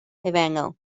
efengyl